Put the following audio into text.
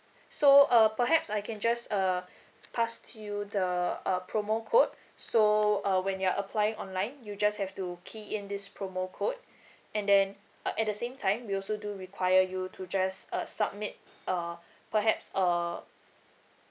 so uh perhaps I can just uh pass to you the uh promo code so uh when you are applying online you just have to key in this promo code and then uh at the same time we also do require you to just uh submit uh perhaps uh